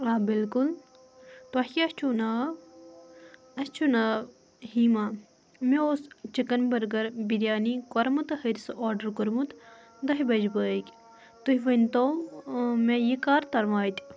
آ بلکل تۄہہِ کیٛاہ چھُو ناو اَسہِ چھُ ناو ہیٖما مےٚ اوس چِکَن بٔرگَر بِریانی کۄرمہٕ تہٕ ۂرسہٕ آرڈَر کوٚرمُت دَہہِ بَجہِ بٲگۍ تُہۍ ؤنۍ تو مےٚ یہِ کَر تام واتہِ